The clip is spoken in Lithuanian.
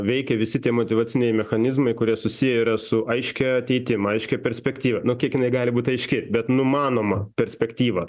veikia visi tie motyvaciniai mechanizmai kurie susiję yra su aiškia ateitim aiškia perspektyvanu kiek jinai gali būti aiški bet numanoma perspektyva